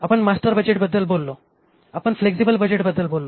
आपण मास्टर बजेटबद्दल बोललो आपण फ्लेक्झिबल बजेटबद्दल बोललो